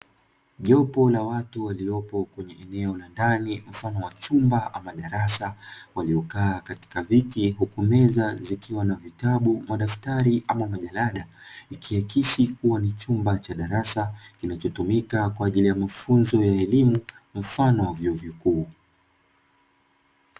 Jopo la watu waliopo kwenye eneo la ndani mfano wa chumba ama darasa, waliokaa katika viti huku meza zikiwa na vitabu, madaftari ama majarada ikiakisi kama ni chumba cha darasa kilichotumika kwa ajili ya mafunzo ya elimu mfano wa vyuo vikuu.